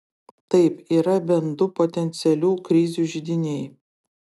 taip yra bent du potencialių krizių židiniai